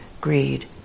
greed